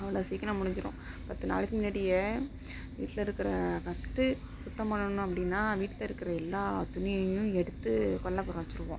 அவ்வளோ சீக்கிரம் முடிஞ்சிடும் பத்து நாளைக்கு முன்னாடியே வீட்டில இருக்கிற ஃபஸ்ட்டு சுத்தம் பண்ணணும் அப்படின்னா வீட்டில இருக்கிற எல்லா துணியையும் எடுத்து கொல்லைப்புறம் வச்சிடுவோம்